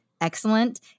excellent